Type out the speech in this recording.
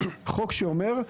חוק שאומר,